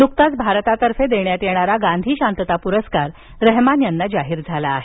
नुकताच भारतातर्फे देण्यात येणारा गांधी शांतता पुरस्कार रहेमान यांना जाहीर झाला आहे